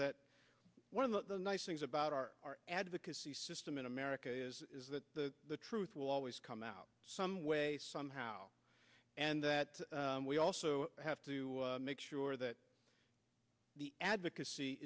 that one of the nice things about our advocacy system in america is that the truth will always come out some way somehow and that we also have to make sure that the advocacy